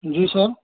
جی سر